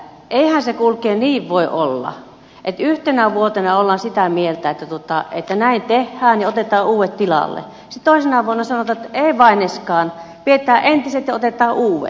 eihän se kuulkee niin voi olla että yhtenä vuotena ollaan sitä mieltä että näin tehhään ja otetaan uuet tilalle ja sitte toisena vuonna sanotaan että ei vaineskaan pietään entiset ja otetaan uuet